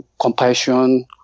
compassion